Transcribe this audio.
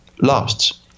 lasts